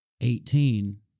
Eighteen